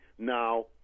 Now